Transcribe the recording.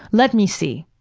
let me see.